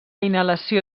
inhalació